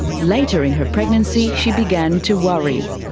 later in her pregnancy she began to worry.